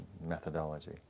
methodology